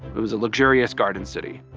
it was a luxurious garden city.